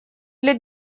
для